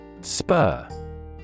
Spur